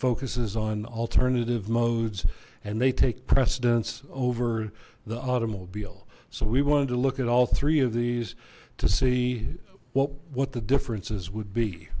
focuses on alternative modes and they take precedence over the automobile so we wanted to look at all three of these to see what what the differences would be